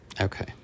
Okay